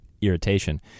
irritation